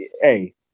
hey